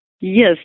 Yes